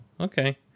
okay